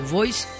Voice